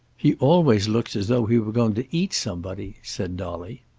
he always looks as though he were going to eat somebody, said dolly.